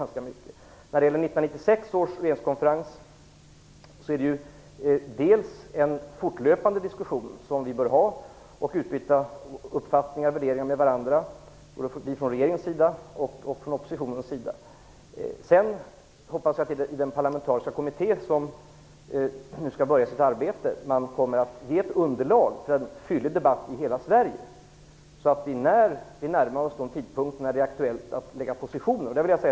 När det gäller 1996 års regeringskonferens bör vi från regeringens sida och från oppositionens sida ha en fortlöpande diskussion och utbyta uppfattningar och värderingar med varandra. Sedan hoppas jag att den parlamentariska kommitté som nu skall börja sitt arbete kommer att ge ett underlag för en fyllig debatt i hela Sverige när vi närmar oss de tidpunkter då det är aktuellt att lägga fram våra positioner.